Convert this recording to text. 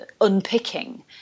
unpicking